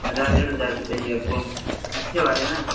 हजार डेढ़ हजार के चाहिए आपको अच्छे वाले न